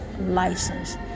license